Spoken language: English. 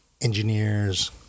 engineers